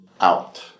out